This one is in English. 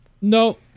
no